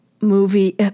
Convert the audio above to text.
movie